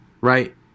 right